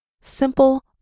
Simple